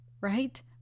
right